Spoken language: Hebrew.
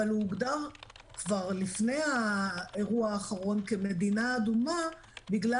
אבל הוא הוגדר כבר לפני האירוע האחרון כמדינה אדומה בגלל